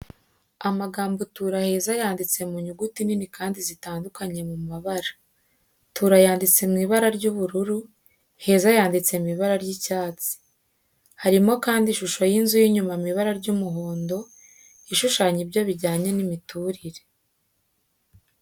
Amagambo tura heza yanditse mu nyuguti nini kandi zitandukanye mu mabara tura yanditse mu ibara rya ubururu, heza yanditse mu ibara rya icyatsi. Harimo kandi ishusho y’inzu y’inyuma mu ibara ry’umuhondo, ishushanya ibyo bijyanye n’imiturire.